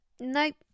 nope